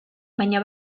baina